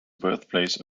birthplace